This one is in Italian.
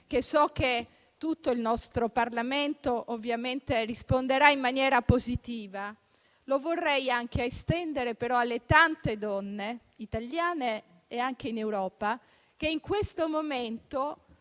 cui so che tutto il nostro Parlamento ovviamente risponderà in maniera positiva, lo vorrei estendere anche alle tante donne italiane ed europee che in questo momento